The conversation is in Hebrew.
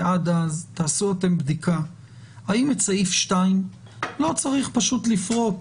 ועד אז תעשו אתם בדיקה האם את סעיף 2 לא צריך פשוט לפרוט,